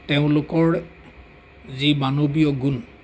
তেওঁলোকৰ যি মানৱীয় গুণ